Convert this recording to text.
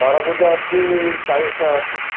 ତରଭୁଜ ଅଛି ଚାଳିଶି ଟଙ୍କା ଅଛି